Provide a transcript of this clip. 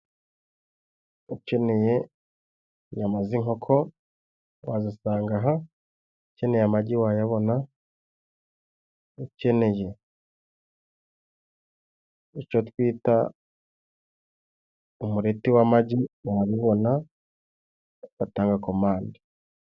Ukeneye inyama z'inkoko, wazisanga aha. Ukeneye amagi, wayabona. Ukeneye icyo twita umureti w'amagi, wabibona. Batanga komande.